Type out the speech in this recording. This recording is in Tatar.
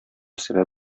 сәбәп